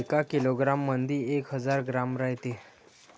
एका किलोग्रॅम मंधी एक हजार ग्रॅम रायते